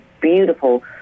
beautiful